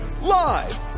live